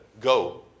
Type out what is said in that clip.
go